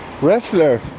wrestler